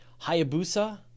Hayabusa